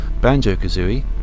Banjo-Kazooie